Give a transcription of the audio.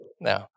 No